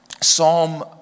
Psalm